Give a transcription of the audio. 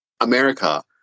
America